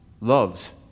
loves